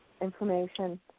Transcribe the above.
information